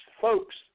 folks